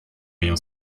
моем